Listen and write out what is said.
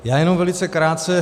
Já jenom velice krátce.